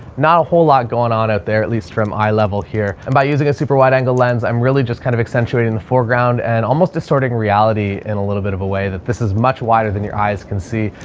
not a whole lot going on out there, at least from eye level here and by using a super wide angle lens, i'm really just kind of accentuated in the foreground and almost distorting reality and a little bit of a way that this is much wider than your eyes can see.